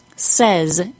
says